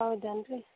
ಹೌದನ್ರೀ